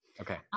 Okay